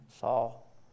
Saul